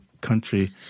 country